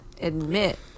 admit